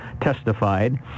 testified